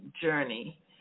journey